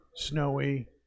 snowy